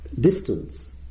Distance